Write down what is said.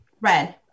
Red